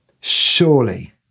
Surely